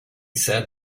said